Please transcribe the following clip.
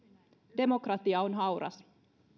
demokratia on hauras